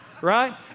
right